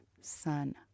sun